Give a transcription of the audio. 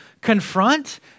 confront